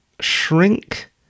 shrink